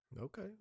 Okay